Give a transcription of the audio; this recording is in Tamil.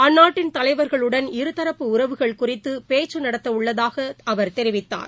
அந்நாட்டின் தலைவர்களுடன் இருதரப்பு உறவுகள் குறித்து பேச்சு நடத்தவுள்ளதாக அவர் தெரிவித்தார்